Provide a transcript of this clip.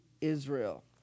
Israel